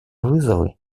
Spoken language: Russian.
вызовы